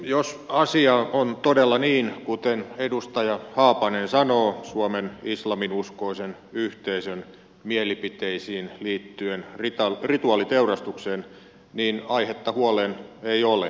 jos asia on todella niin kuten edustaja haapanen sanoo suomen islaminuskoisen yhteisön mielipiteistä liittyen rituaaliteurastukseen niin aihetta huoleen ei ole